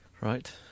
Right